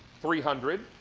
three hundred.